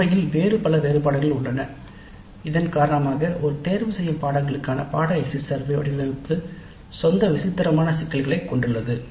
உண்மையில் வேறு பல வேறுபாடுகள் உள்ளன இதன் காரணமாக ஒரு தேர்ந்தெடுக்கப்பட்ட பாடநெறிக்கான பாடநெறி எக்ஸிட் சர்வே வடிவமைப்பு சொந்த விசித்திரமான சிக்கல்களைக் கொண்டுள்ளது